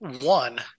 One